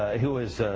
ah who is ah.